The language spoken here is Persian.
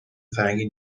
فرنگی